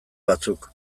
batzuk